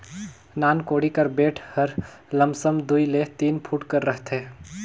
नान कोड़ी कर बेठ हर लमसम दूई ले तीन फुट कर रहथे